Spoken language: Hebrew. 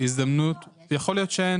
ככל שאין